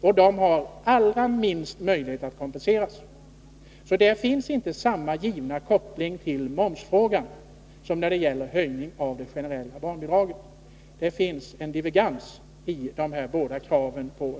Deras möjligheter att kompensera sig är mindre än alla andras. I det fallet finns inte samma givna koppling till momsfrågan som när det gäller höjningen av det generella barnbidraget. Det är en divergens i dessa båda krav.